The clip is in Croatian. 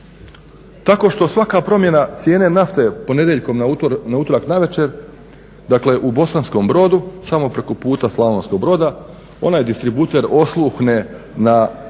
tako što svaka promjena cijene nafte ponedjeljkom na utorak navečer dakle u Bosanskom Brodu, samo preko puta Slavonskog Broda, onaj distributer osluhne na